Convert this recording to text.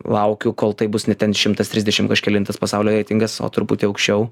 laukiu kol tai bus ne ten šimtas trisdešim kažkelintas pasaulio reitingas o truputį aukščiau